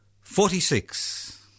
forty-six